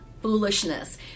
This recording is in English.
Foolishness